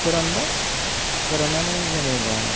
फोरानबाय फोराननानै जेनेबा